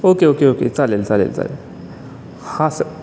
okay okay okay चालेल चालेल चालेल हां सर